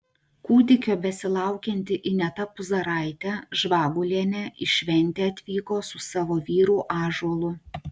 kūdikio besilaukianti ineta puzaraitė žvagulienė į šventę atvyko su savo vyru ąžuolu